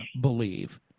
believe